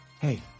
Hey